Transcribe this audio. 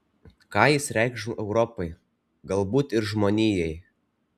ką jis reikš europai galbūt ir žmonijai